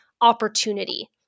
opportunity